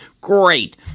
great